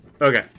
Okay